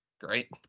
great